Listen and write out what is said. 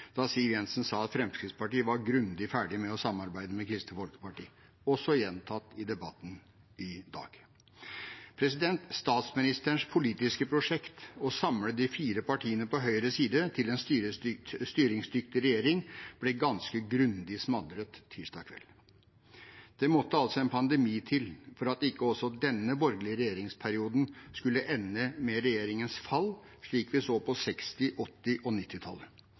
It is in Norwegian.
da Siv Jensen sa at Fremskrittspartiet var grundig ferdig med å samarbeide med Kristelig Folkeparti, noe som også er gjentatt i debatten i dag. Statsministerens politiske prosjekt, å samle de fire partiene på høyre side til en styringsdyktig regjering, ble ganske grundig smadret tirsdag kveld. Det måtte altså en pandemi til for at ikke også denne borgerlige regjeringsperioden skulle ende med regjeringens fall, slik vi så på 1960-, 1980- og